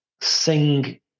sing